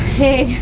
okay.